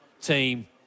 team